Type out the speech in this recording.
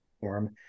form